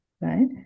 right